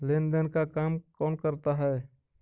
लेन देन का काम कौन करता है?